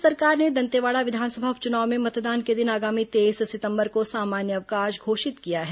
राज्य सरकार ने दंतेवाड़ा विधानसभा उप चुनाव में मतदान के दिन आगामी तेईस सितंबर को सामान्य अवकाश घोषित किया है